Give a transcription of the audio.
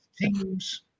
teams